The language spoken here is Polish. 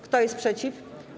Kto jest przeciw?